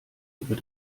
über